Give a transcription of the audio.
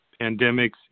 Pandemics